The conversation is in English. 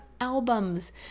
albums